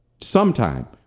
sometime